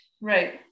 right